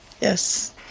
yes